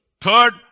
Third